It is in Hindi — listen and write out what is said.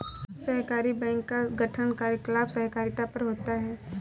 सहकारी बैंक का गठन कार्यकलाप सहकारिता पर होता है